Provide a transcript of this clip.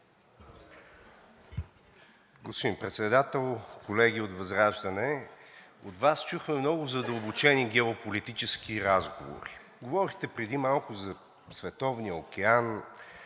Господин Председател! Колеги от ВЪЗРАЖДАНЕ, от Вас чухме много задълбочени геополитически разговори. Говорихте преди малко за Световния океан.